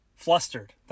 Flustered